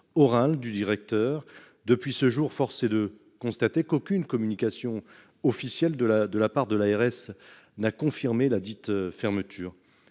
orale du directeur depuis ce jour, force est de constater qu'aucune communication officielle de la, de la part de l'ARS n'a confirmé la dite fermeture